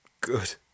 Good